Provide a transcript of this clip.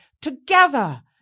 together